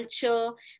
culture